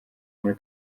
muri